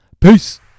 Peace